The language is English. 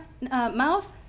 mouth